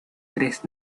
tres